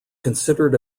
considered